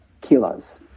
kilos